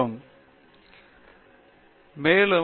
எனவே நீங்கள் நேரம் செலவிட வேண்டும்